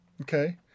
Okay